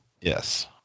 Yes